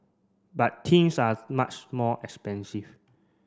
but things are much more expensive